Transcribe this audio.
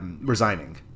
resigning